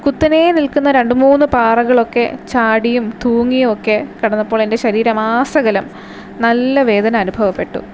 കുത്തനെ നിൽക്കുന്ന രണ്ട് മൂന്ന് പാറകളൊക്കെ ചാടിയും തൂങ്ങി ഒക്കെ കടന്നപ്പോൾ എൻ്റെ ശരീരമാസകലം നല്ലവേദന അനുഭവപ്പെട്ടു